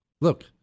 Look